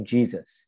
Jesus